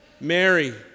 Mary